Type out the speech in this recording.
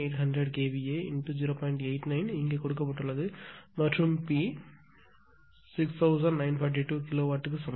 89 இங்கே கொடுக்கப்பட்டுள்ளது மற்றும் P 6942 கிலோ வாட்டுக்கு சமம்